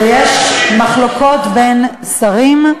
כשיש מחלוקות בין שרים,